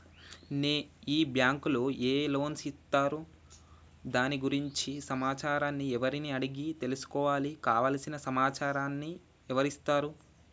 ఈ బ్యాంకులో ఏ లోన్స్ ఇస్తారు దాని గురించి సమాచారాన్ని ఎవరిని అడిగి తెలుసుకోవాలి? కావలసిన సమాచారాన్ని ఎవరిస్తారు?